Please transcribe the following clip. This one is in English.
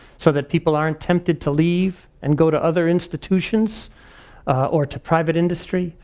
so that people aren't tempted to leave and go to other institutions or to private industry.